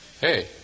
hey